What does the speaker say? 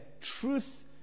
truth